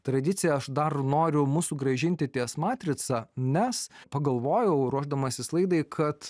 tradicija aš dar noriu mus sugrąžinti ties matrica nes pagalvojau ruošdamasis laidai kad